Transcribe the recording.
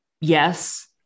yes